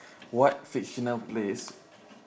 what fictional place